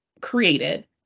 created